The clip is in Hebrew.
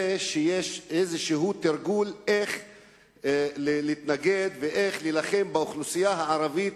זה שיש איזה תרגול איך להתנגד ואיך להילחם באוכלוסייה הערבית,